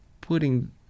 putting